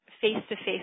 face-to-face